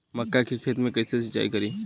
मका के खेत मे कैसे सिचाई करी?